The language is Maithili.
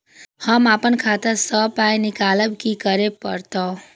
हम आपन खाता स पाय निकालब की करे परतै?